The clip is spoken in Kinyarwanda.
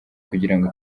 kugirango